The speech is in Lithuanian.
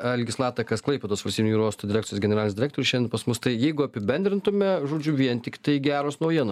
algis latakas klaipėdos valstybinio jūrų uosto direkcijos generalinis direktorius šiandien pas mus tai jeigu apibendrintume žodžiu vien tik tai geros naujieno